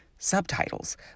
Subtitles